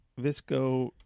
Visco